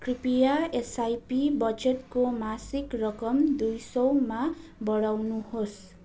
कृपया एसआइपी बचतको मासिक रकम दुई सयमा बढाउनु होस्